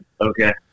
Okay